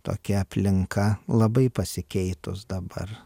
tokia aplinka labai pasikeitus dabar